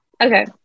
okay